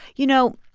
you know,